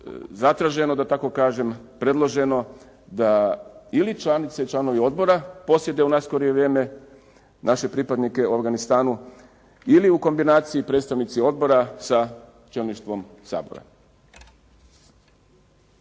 zatraženo da tako kažem, predloženo da ili članice ili članovi odbora posjete u najskorije vrijeme naše pripadnike u Afganistanu ili u kombinaciji predstavnici odbora sa čelništvom Sabora.